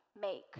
Make